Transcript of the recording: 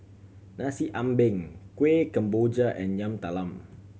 Nasi Ambeng Kueh Kemboja and Yam Talam